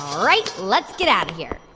all right. let's get out of here.